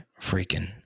freaking